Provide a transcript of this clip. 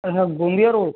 हाँ बोलिए